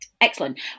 Excellent